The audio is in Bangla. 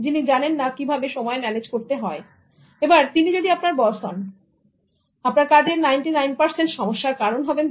যিনি জানেন না কীভাবে সময় ম্যানেজ করতে হয় এবার তিনি যদি আপনার বস হন আপনার কাজের 99 সমস্যার কারণ হবেন